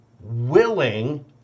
willing